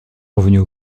revenues